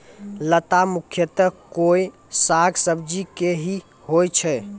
लता मुख्यतया कोय साग सब्जी के हीं होय छै